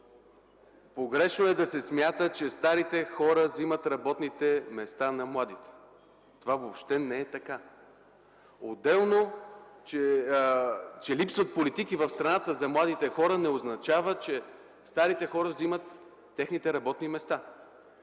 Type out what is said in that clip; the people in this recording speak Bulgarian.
Погрешно е да се смята, че старите хора взимат работните места на младите. Това въобще не е така. Отделно, че липсват политики в страната за младите хора не означава, че старите хора взимат техните работни места.